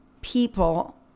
people